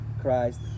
Christ